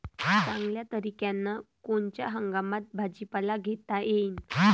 चांगल्या तरीक्यानं कोनच्या हंगामात भाजीपाला घेता येईन?